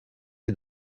est